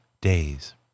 days